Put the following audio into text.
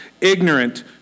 ignorant